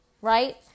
right